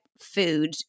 food